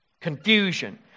confusion